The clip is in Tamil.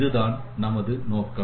இதுதான் நமது நோக்கம்